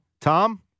Tom